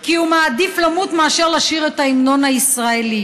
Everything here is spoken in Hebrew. כי הוא מעדיף למות מאשר לשיר את ההמנון הישראלי?